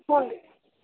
ಹ್ಞೂ ರೀ